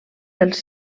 dels